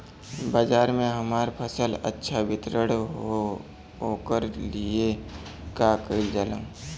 बाजार में हमार फसल अच्छा वितरण हो ओकर लिए का कइलजाला?